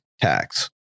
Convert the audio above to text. tax